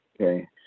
Okay